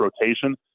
rotation